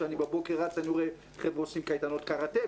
כשאני בבוקר רץ אני רואה חבר'ה עושים קייטנות קרטה,